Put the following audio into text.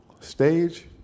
stage